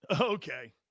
Okay